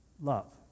Love